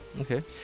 Okay